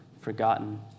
forgotten